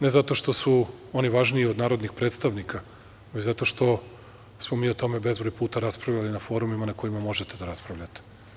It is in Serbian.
Ne zato što su oni važniji od narodnih predstavnika, već zato što smo mi o tome bezbroj puta raspravljali na forumima na kojima možete da raspravljate.